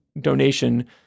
donation